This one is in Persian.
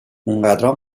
انقدرام